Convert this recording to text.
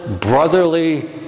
brotherly